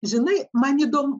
žinai man įdomu